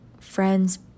friends